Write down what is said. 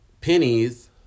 pennies